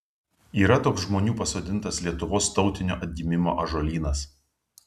yra toks žmonių pasodintas lietuvos tautinio atgimimo ąžuolynas